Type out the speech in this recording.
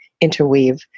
interweave